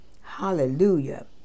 Hallelujah